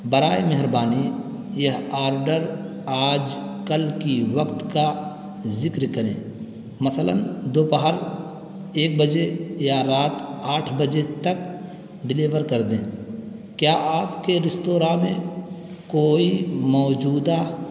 برائے مہربانی یہ آرڈر آج کل کی وقت کا ذکر کریں مثلاً دوپہر ایک بجے یا رات آٹھ بجے تک ڈیلیور کر دیں کیا آپ کے ریستوراں میں کوئی موجودہ